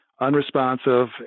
unresponsive